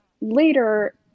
later